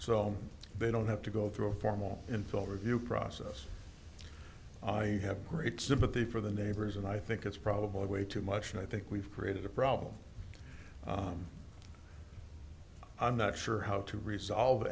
so they don't have to go through a formal and full review process i have great sympathy for the neighbors and i think it's probably way too much and i think we've created a problem i'm not sure how to resolve